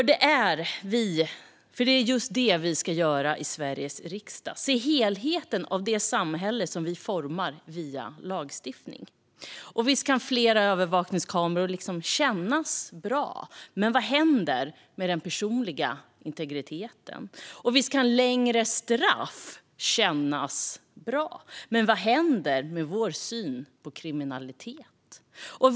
Det är nämligen just det vi ska göra i Sveriges riksdag: se helheten av det samhälle som vi formar via lagstiftning. Visst kan fler övervakningskameror kännas bra, men vad händer med den personliga integriteten? Visst kan längre straff kännas bra, men vad händer med vår syn på kriminalitet?